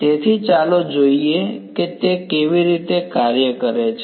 તેથી ચાલો જોઈએ કે તે કેવી રીતે કાર્ય કરે છે